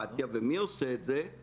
כל מי ששותף לזה ייזכר לדיראון עולם.